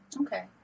Okay